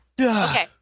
okay